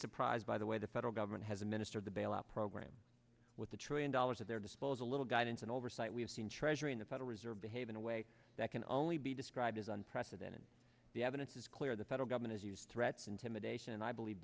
surprised by the way the federal government has administer the bailout program with the trillion dollars at their disposal little guidance and oversight we have seen treasury in the federal reserve behave in a way that can only be described as unprecedented the evidence is clear the federal government is used threats intimidation and i believe